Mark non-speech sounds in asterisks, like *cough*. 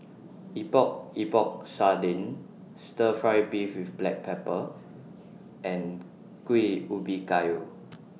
*noise* Epok Epok Sardin Stir Fry Beef with Black Pepper and Kuih Ubi Kayu *noise*